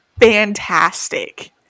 fantastic